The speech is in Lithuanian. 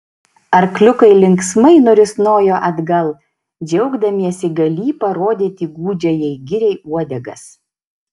arkliukai linksmai nurisnojo atgal džiaugdamiesi galį parodyti gūdžiajai giriai uodegas